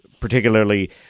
particularly